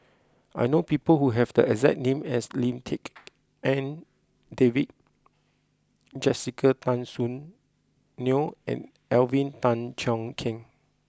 I know people who have the exact name as Lim Tik En David Jessica Tan Soon Neo and Alvin Tan Cheong Kheng